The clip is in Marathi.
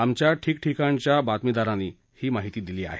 आमच्या ठिकठिकाणच्या बातमीदारांनी ही माहिती दिली आहे